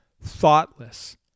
thoughtless